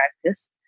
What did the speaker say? practice